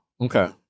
Okay